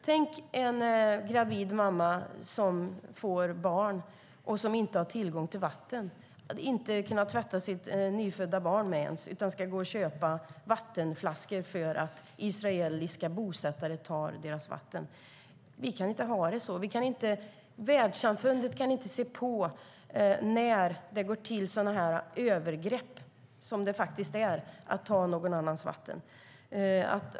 Tänk er en gravid mamma som föder barn och inte ens har tillgång till vatten att tvätta sitt nyfödda barn med utan ska gå och köpa vattenflaskor för att israeliska bosättare tar vattnet. Vi kan inte ha det så. Världssamfundet kan inte se på när det begås sådana övergrepp som det faktiskt är att ta någon annans vatten.